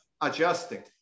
adjusting